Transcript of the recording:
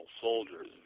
soldiers